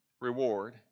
Reward